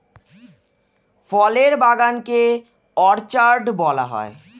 ফলের বাগান কে অর্চার্ড বলা হয়